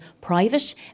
private